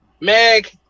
Meg